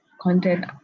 content